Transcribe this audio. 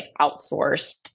outsourced